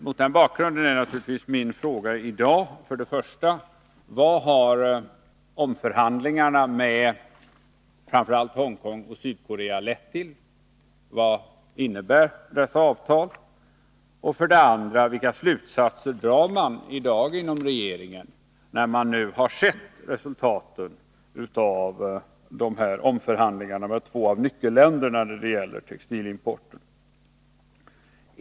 Mot den bakgrunden är naturligtvis min fråga i dag först och främst: Vad har omförhandlingarna med framför allt Hongkong och Sydkorea lett till — vad innebär dessa avtal? Jag vill också fråga: Vilken slutsats drar regeringen i dag, när man nu har sett resultaten av omförhandlingarna med två av nyckelländerna när det gäller textilimporten?